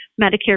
Medicare